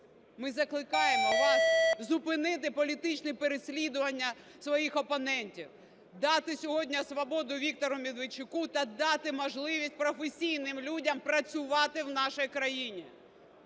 Ми закликаємо вас зупинити політичне переслідування своїх опонентів, дати сьогодні свободу Віктору Медведчуку та дати можливість професійним людям працювати в нашій країні.